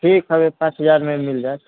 ठीक है पाँच हजारमे मिल जायत